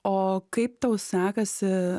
o kaip tau sekasi